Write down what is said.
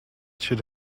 should